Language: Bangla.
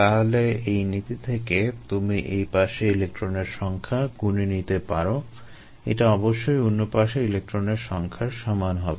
তাহলে এই নীতি থেকে তুমি এই পাশে ইলেক্ট্রনের সংখ্যা গুণে নিতে পারো এটা অবশ্যই অন্য পাশে ইলেক্ট্রনের সংখ্যার সমান হবে